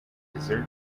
dessert